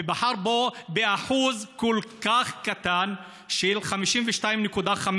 ובחר בו בשיעור כל כך קטן של 52.5%,